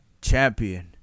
champion